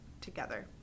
together